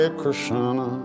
Krishna